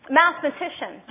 mathematician